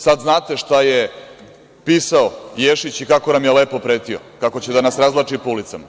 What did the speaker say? Sada znate šta je pisao Ješić i kako nam je lepo pretio, kado će da nas razvlači po ulicama.